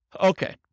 Okay